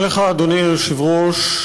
תודה לך, אדוני היושב-ראש.